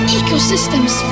ecosystems